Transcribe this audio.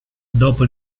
dopo